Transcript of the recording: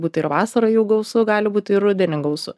būt ir vasarą jų gausu gali būt ir rudenį gausu